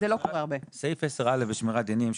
סעיף 10א בשמירת דינים,